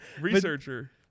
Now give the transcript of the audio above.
Researcher